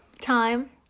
time